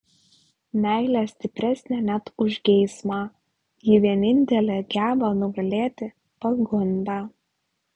meilė stipresnė net už geismą ji vienintelė geba nugalėti pagundą